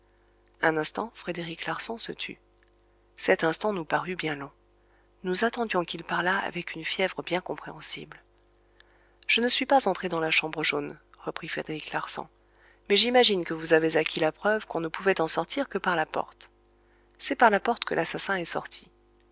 un instant frédéric larsan se tut cet instant nous parut bien long nous attendions qu'il parlât avec une fièvre bien compréhensible je ne suis pas entré dans la chambre jaune reprit frédéric larsan mais j'imagine que vous avez acquis la preuve qu'on ne pouvait en sortir que par la porte c'est par la porte que l'assassin est sorti